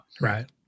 Right